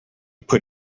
put